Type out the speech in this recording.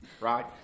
right